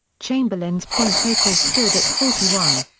chamberlain's point total stood at forty one.